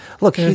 look